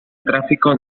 tráfico